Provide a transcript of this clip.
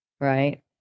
right